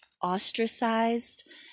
ostracized